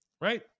Right